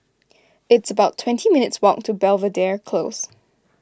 it's about twenty minutes' walk to Belvedere Close